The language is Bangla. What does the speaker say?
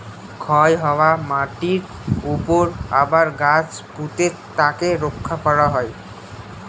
ক্ষয় হওয়া মাটিরর উপরে আবার গাছ পুঁতে তাকে রক্ষা করা হয়